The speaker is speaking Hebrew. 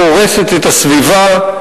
היא הורסת את הסביבה,